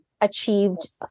achieved